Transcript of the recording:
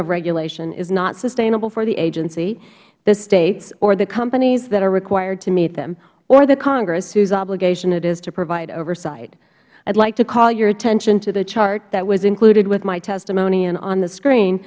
of regulation is not sustainable for the agency the states or the companies that are required to meet them or the congress whose obligation it is to provide oversight i would like to call your attention to the chart that was included with my testimony and on the screen